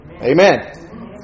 Amen